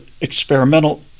experimental